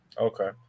Okay